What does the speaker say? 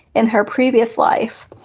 in her previous life.